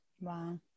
Wow